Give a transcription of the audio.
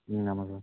ம் ஆமாம் சார்